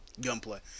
Gunplay